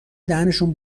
دهنشون